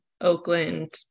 Oakland